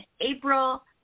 April